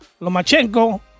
Lomachenko